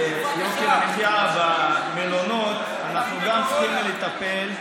ביוקר המחיה במלונות אנחנו גם צריכים לטפל.